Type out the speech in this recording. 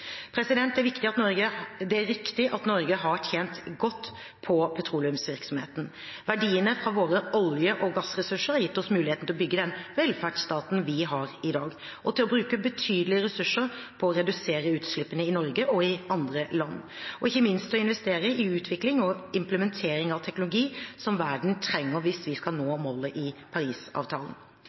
Det er riktig at Norge har tjent godt på petroleumsvirksomheten. Verdiene fra våre olje- og gassressurser har gitt oss muligheten til å bygge den velferdsstaten vi har i dag, til å bruke betydelige ressurser på å redusere utslippene i Norge og i andre land og ikke minst til å investere i utvikling og implementering av teknologi som verden trenger, hvis vi skal nå målet i Parisavtalen.